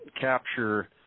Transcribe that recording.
capture